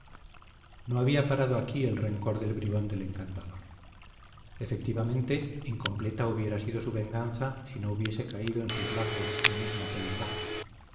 no había parado aquí el rencor del bribón del encantador efectivamente incompleta hubiera sido su venganza si no hubiese caído en sus lazos la misma